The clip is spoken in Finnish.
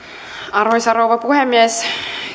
arvoisa rouva puhemies